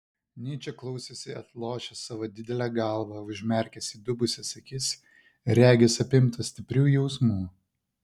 nyčė klausėsi atlošęs savo didelę galvą užmerkęs įdubusias akis ir regis apimtas stiprių jausmų